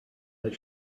that